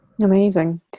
Amazing